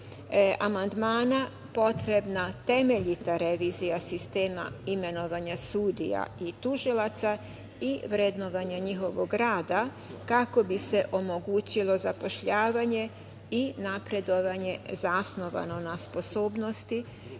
amandmana potrebna temeljita revizija sistema imenovanja sudija i tužilaca i vrednovanje njihovog rada, kako bi se omogućilo zapošljavanje i napredovanje zasnovano na sposobnosti,